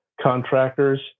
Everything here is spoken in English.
contractors